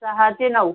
सहा ते नऊ